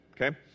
okay